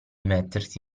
mettersi